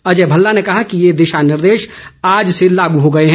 अजय भल्ला ने कहा कि ये दिशा निर्देश आज से लागू हो गये हैं